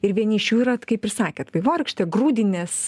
ir vieni iš jų yra kaip ir sakėt vaivorykštė grūdinės